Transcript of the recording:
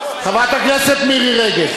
חברת הכנסת מירי רגב.